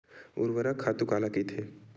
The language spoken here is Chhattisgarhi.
ऊर्वरक खातु काला कहिथे?